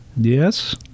yes